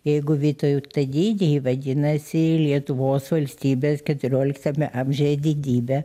jeigu vytautą didįjį vadinasi lietuvos valstybės keturioliktame amžiuje didybę